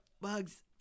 Bugs